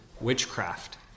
witchcraft